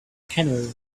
canary